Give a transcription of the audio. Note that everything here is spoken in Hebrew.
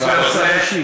השר משיב.